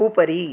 उपरि